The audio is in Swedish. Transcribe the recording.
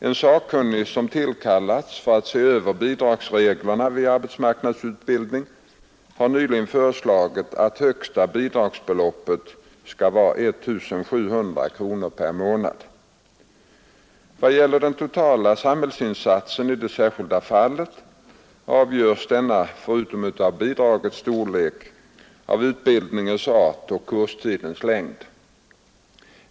En sakkunnig som tillkallats för att se över bidragsreglerna vid arbetsmarknadsutbildning har nyligen föreslagit att högsta bidragsbelopp skall vara 1 700 kronor per månad. I vad gäller den totala samhällsinsatsen i det enskilda fallet avgörs denna förutom av bidragets storlek av utbildningens art och kurstidens längd.